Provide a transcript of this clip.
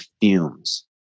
fumes